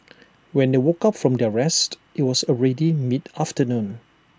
when they woke up from their rest IT was already mid afternoon